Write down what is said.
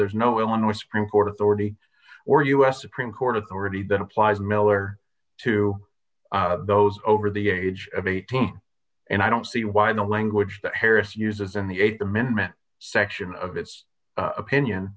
there's no illinois supreme court authority or u s supreme court authority that applies miller to those over the age of eighteen and i don't see why the language that harris uses in the th amendment section of its opinion